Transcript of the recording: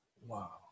wow